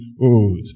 old